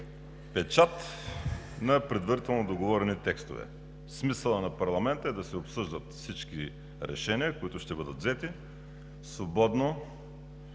печат на предварително договорени текстове. Смисълът на парламента е да се обсъждат всички решения, които ще бъдат взети, свободно,